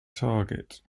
target